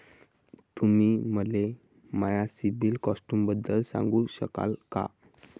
तुम्ही मले माया सीबील स्कोअरबद्दल सांगू शकाल का?